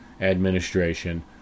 administration